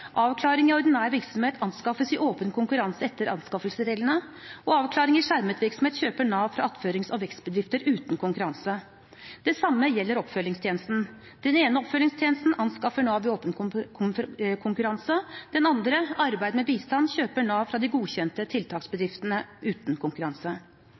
Avklaring i ordinær virksomhet anskaffes i åpen konkurranse etter anskaffelsesreglene, og avklaring i skjermet virksomhet kjøper Nav fra attførings- og vekstbedrifter uten konkurranse. Det samme gjelder oppfølgingstjenesten. Den ene oppfølgingstjenesten anskaffer Nav i åpen konkurranse, den andre, Arbeid med bistand, kjøper Nav fra de godkjente